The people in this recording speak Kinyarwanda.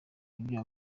ibyo